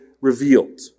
revealed